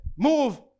Move